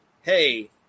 hey